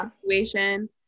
situation